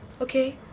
okay